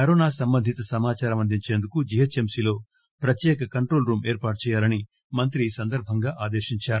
corona సంబంధిత సమాచారం అందించేందుకు జిహెచ్ఎంసి లో ప్రత్యేక కంట్రోల్ రూం ఏర్పాటు చేయాలని మంత్రి ఈ సందర్బంగా ఆదేశించారు